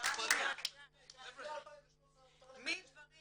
--- התוויות --- מדברים